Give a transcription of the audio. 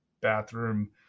bathroom